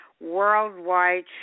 Worldwide